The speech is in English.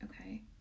okay